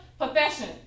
profession